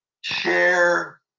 share